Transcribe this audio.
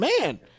Man